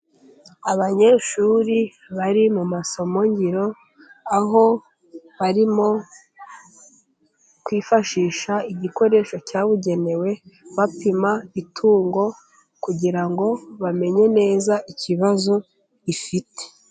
Abanyeshuri bari mu masomo ngiro, aho barimo kwifashisha igikoresho cyabugenewe bapima itungo, kugira ngo bamenye neza ikibazo rifite.